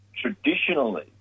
Traditionally